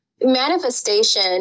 manifestation